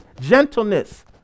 gentleness